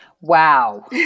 Wow